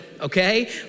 okay